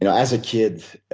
and as a kid,